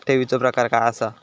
ठेवीचो प्रकार काय असा?